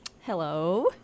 Hello